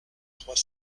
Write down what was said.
trois